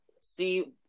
see